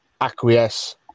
acquiesce